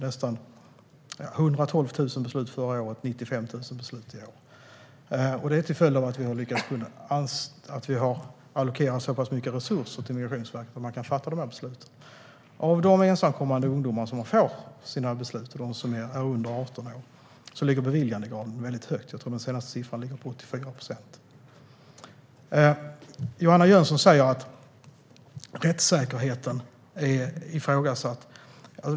Det togs 112 000 beslut förra året, och hittills i år har det tagits 95 000 beslut. Det är en följd av att vi har allokerat så mycket resurser till Migrationsverket. Av de ensamkommande ungdomar som har fått sina beslut och är under 18 år ligger beviljandegraden högt. Jag tror att den senaste siffran är 84 procent. Johanna Jönsson säger att rättssäkerheten är ifrågasatt.